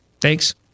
Thanks